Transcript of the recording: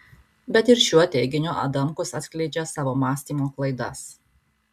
bet ir šiuo teiginiu adamkus atskleidžia savo mąstymo klaidas